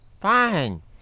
Fine